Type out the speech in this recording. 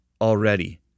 already